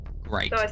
Great